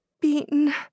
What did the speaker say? Beaten